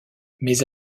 mais